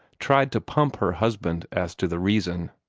tried to pump her husband as to the reason.